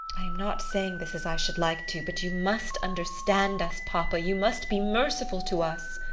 i am not saying this as i should like to, but you must understand us, papa, you must be merciful to us.